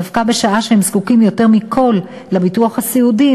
דווקא בשעה שהם זקוקים יותר מכול לביטוח הסיעודי,